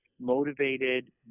motivated